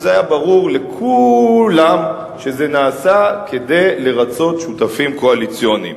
כשהיה ברור לכולם שזה נעשה כדי לרצות שותפים קואליציוניים.